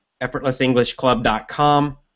EffortlessEnglishClub.com